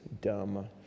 dumb